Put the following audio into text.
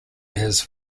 his